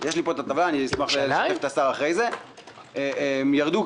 >> שר התחבורה והבטיחות בדרכים